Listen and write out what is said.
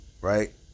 right